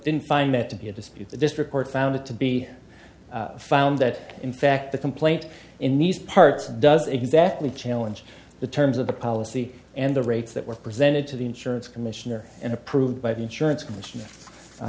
didn't find that to be a dispute the district court found it to be found that in fact the complaint in these parts doesn't exactly challenge the terms of the policy and the rates that were presented to the insurance commissioner and approved by the insur